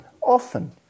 often